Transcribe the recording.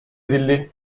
edildi